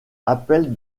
appellent